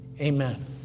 amen